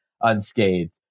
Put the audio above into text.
unscathed